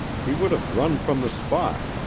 he would have run from the spot,